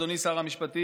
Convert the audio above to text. אדוני שר המשפטים,